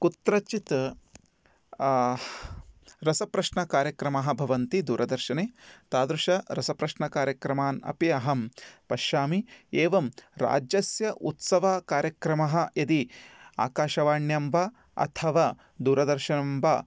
कुत्रचित् रसप्रश्नकार्यक्रमाः भवन्ति दूरदर्शने तादृश रसप्रश्नकार्यक्रमान् अपि अहं पश्यामि एवं राज्यस्य उत्सवकार्यक्रमः यदि आकाशवाण्यां वा अथवा दूरदर्शनं वा